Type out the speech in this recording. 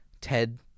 Ted